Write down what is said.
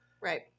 right